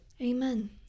Amen